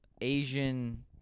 Asian